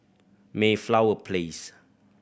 Mayflower Place